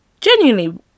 Genuinely